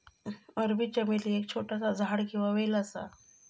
अरबी चमेली एक छोटासा झाड किंवा वेल असा